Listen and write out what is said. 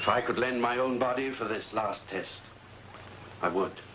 if i could lend my own body for this last this i would